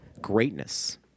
greatness